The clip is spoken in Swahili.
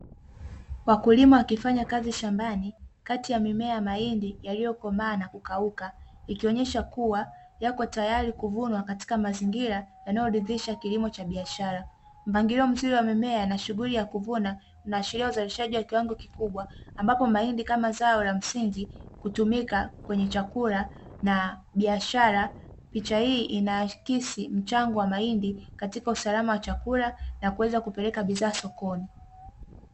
Wakulima wakifanya kazi shambani kati ya mimea ya mahindi yaliyokomaa na kukauka, ikionyesha kuwa yako tayari kuvunwa katika mazingira yanayoridhisha kilimo cha biashara. Mpangilio mzuri wa mimea na shughuli ya kuvuna inaashiria uzalishaji wa kiwango kikubwa, ambapo mahindi kama zao la msingi hutumika kwenye chakula na biashara. Picha hii inaakisi mchango wa mahindi katika usalama wa chakula na kuweza kupeleka bidhaa sokoni.